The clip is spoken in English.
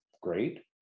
great